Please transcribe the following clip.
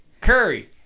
Curry